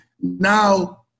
now